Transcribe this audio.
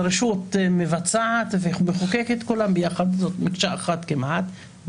או יושב ראש הכנסת ומרחף כענן העקרון הזה של שלטון הרוב,